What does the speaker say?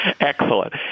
Excellent